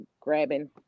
grabbing